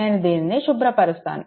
నేను దీనిని శుభ్రపరుస్తాను